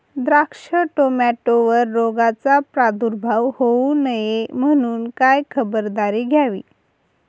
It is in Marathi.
द्राक्ष, टोमॅटोवर रोगाचा प्रादुर्भाव होऊ नये म्हणून काय खबरदारी घ्यावी?